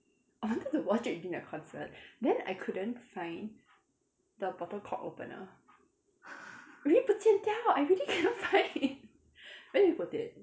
I wanted to watch it during the concert then I couldn't find the bottle cork opener really 不见到 I really cannot find where did you put it